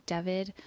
David